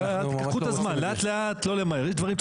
קחו את הזמן לאט-לאט ולא למהר.